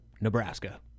Nebraska